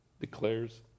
declares